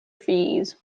fees